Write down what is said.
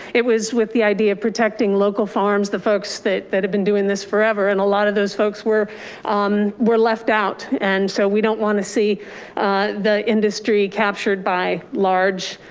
it was with the idea of protecting local farms, the folks that that have been doing this forever, and a lot of those folks were um were left out. and so we don't wanna see the industry captured by large,